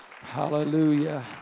Hallelujah